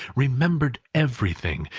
remembered everything,